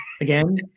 again